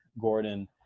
Gordon